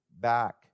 back